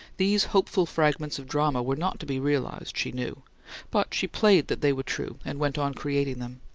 these hopeful fragments of drama were not to be realized, she knew but she played that they were true, and went on creating them.